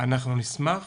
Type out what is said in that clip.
אנחנו נשמח